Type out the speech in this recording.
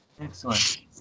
Excellent